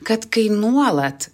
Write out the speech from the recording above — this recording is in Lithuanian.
kad kai nuolat